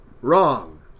Wrong